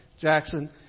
Jackson